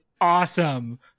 awesome